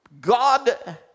God